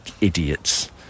Idiots